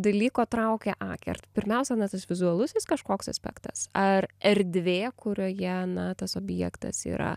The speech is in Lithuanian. dalyko traukia akį pirmiausia na tas vizualusis kažkoks aspektas ar erdvė kurioje na tas objektas yra